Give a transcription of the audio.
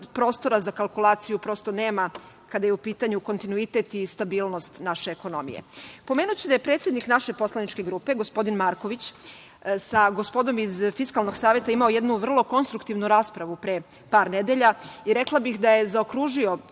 prostora za kalkulaciju prosto nema, kada je u pitanju kontinuitet i stabilnost naše ekonomije. Pomenuću da je predsednik naše poslaničke grupe, gospodin Marković, sa gospodom iz Fiskalnog saveta imao jednu vrlo konstruktivnu raspravu pre par nedelja i rekla bih da je zaokružio